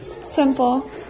simple